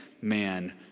man